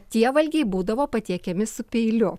tie valgiai būdavo patiekiami su peiliu